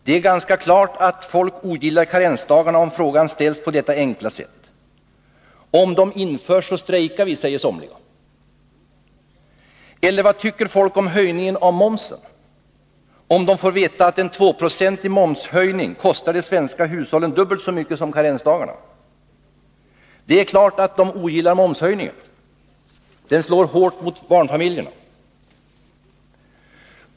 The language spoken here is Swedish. Det är ganska klart att folk ogillar karensdagarna om frågan ställs på detta enkla sätt. Om karensdagarna införs så strejkar vi, säger somliga. Eller vad tycker människor om en höjning av momsen, om de får veta 'att en tvåprocentig höjning kostar de svenska hushållen dubbelt så mycket som karensdagarna? Det är klart att de ogillar en momshöjning. Den slår hårt mot barnfamiljerna.